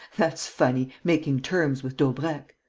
that's funny, making terms with daubrecq!